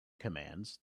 commands